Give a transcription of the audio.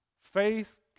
faith